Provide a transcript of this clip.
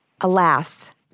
Alas